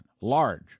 large